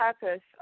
purpose